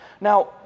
Now